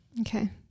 Okay